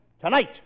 Tonight